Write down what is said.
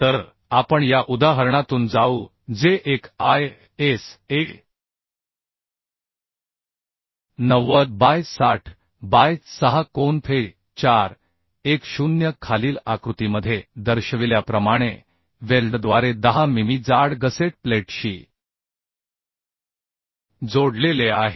तर आपण या उदाहरणातून जाऊ जे एक ISA 90 बाय 60 बाय 6 कोन Fe 4 1 0 खालील आकृतीमध्ये दर्शविल्याप्रमाणे वेल्डद्वारे 10 मिमी जाड गसेट प्लेटशी जोडलेले आहे